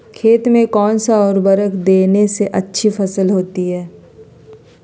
खेत में कौन सा उर्वरक देने से अच्छी फसल होती है?